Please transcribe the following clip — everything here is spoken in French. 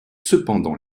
cependant